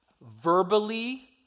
verbally